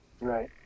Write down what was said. Right